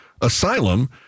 asylum